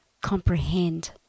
comprehend